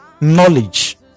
knowledge